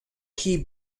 key